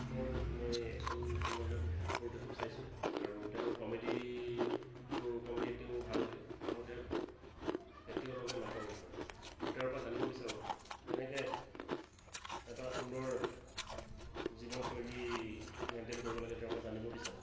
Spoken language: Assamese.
মোৰ মই একচম চিনেমা বিলাক সৰুতে খুব চাইছোঁ আৰু তেওঁৰ কমেডীটো কমেডী এক্টিঙো ভাল লাগে আৰু মই তেওঁক ব্যক্তিগতভাৱে লগ পাব বিচাৰোঁ আৰু তেওঁৰ পৰা জানিব বিচাৰোঁ কেনেকৈ এটা সুন্দৰ জীৱন শৈলী মেইনটেইন কৰিব লাগে তেওঁৰ পৰা জানিব বিচাৰোঁ